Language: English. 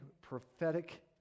prophetic